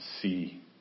see